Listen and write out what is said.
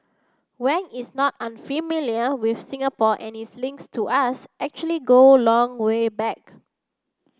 Wang is not unfamiliar with Singapore and his links to us actually go long way back